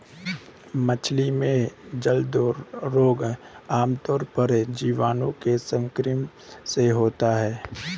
मछली में जलोदर रोग आमतौर पर जीवाणुओं के संक्रमण से होता है